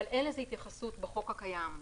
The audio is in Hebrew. אבל אין לזה התייחסות בחוק הקיים.